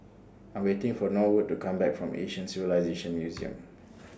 I Am waiting For Norwood to Come Back from Asian Civilisations Museum